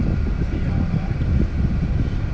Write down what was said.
see how lah ya